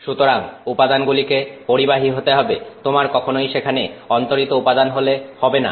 সুতরাং উপাদানগুলিকে পরিবাহী হতে হবে তোমার কখনই সেখানে অন্তরিত উপাদান হলে হবে না